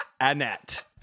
Annette